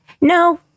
No